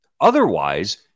Otherwise